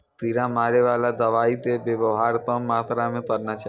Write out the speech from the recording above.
कीड़ा मारैवाला दवाइ के वेवहार कम मात्रा मे करना चाहियो